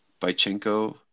bachenko